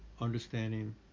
understanding